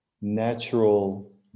natural